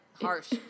Harsh